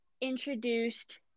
introduced